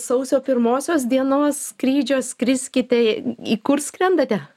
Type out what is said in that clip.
sausio pirmosios dienos skrydžio skriskite į kur skrendate